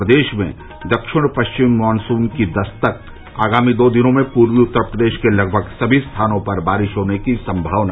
प्रदेश में दक्षिण पश्चिम मानसून की दस्तक आगामी दो दिनों में पूर्वी उत्तर प्रदेश के लगभग सभी स्थानों पर बारिश होने की संभावना